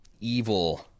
evil